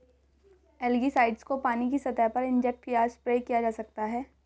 algicides को पानी की सतह पर इंजेक्ट या स्प्रे किया जा सकता है